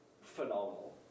Phenomenal